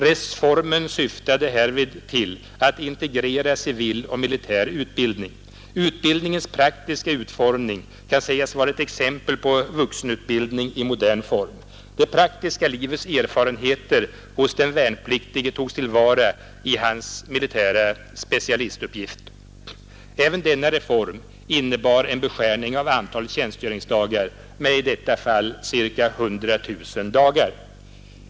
Reformen syftade härvid till att integrera civil och militär utbildning. Utbildningens praktiska utformning kan sägas vara ett exempel på vuxenutbildning i modern form. Det praktiska livets erfarenheter hos den värnpliktige togs till vara i hans militära specialistuppgift. Även denna reform innebar en beskärning av antalet tjänstgöringsdagar, i detta fall med ca 100 000 dagar.